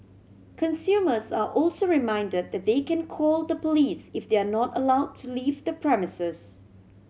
consumers are also reminded that they can call the police if they are not allow to leave the premises